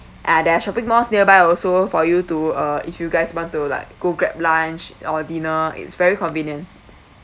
ah there are shopping malls nearby also for you to uh if you guys want to like go grab lunch or dinner it's very convenient